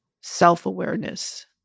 self-awareness